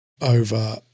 over